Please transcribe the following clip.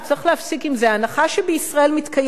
ההנחה שבישראל מתקיים דיון פנימי